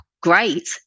great